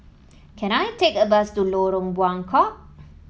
can I take a bus to Lorong Buangkok